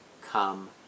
come